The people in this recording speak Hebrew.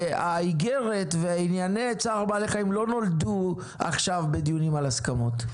האיגרת וענייני צער בעלי חיים לא נולדו עכשיו בדיונים על הסכמות.